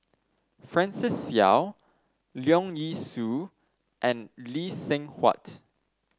Francis Seow Leong Yee Soo and Lee Seng Huat